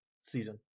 season